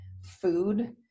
food